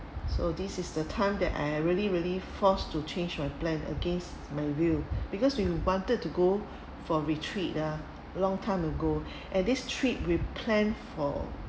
so this is the time that I really really forced to change my plan against my view because we wanted to go for re-trip ah long time ago and this trip we planned for